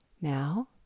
Now